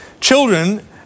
children